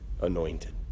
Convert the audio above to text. anointed